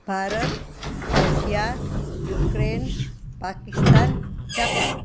Bharat Russia Ukraine Pakistan Japan